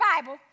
Bible